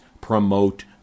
promote